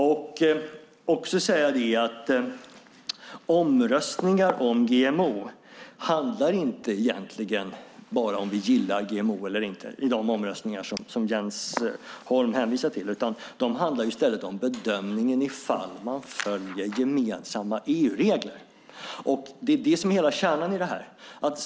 Jag vill också säga att omröstningar om GMO egentligen inte handlar bara om huruvida vi gillar GMO eller inte - det gäller de omröstningar som Jens Holm hänvisade till - utan det handlar i stället om bedömningen av om man följer gemensamma EU-regler. Det är det som är hela kärnan i det här.